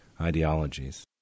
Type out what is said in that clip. ideologies